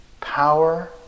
power